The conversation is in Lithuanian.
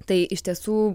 tai iš tiesų